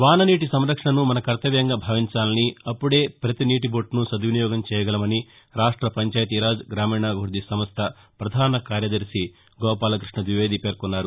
వాన నీటి సంరక్షణను మన కర్తవ్యంగా భావించాలని అప్పుడే పతి నీటి బొట్టును సద్వినియోగం చేయగలమని రాష్ట పంచాయతీరాజ్ గ్రామీణాభివృద్ది సంస్ట పధాన కార్యదర్చి గోపాలకృష్ణ ద్వివేది పేర్కొన్నారు